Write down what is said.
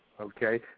Okay